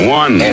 one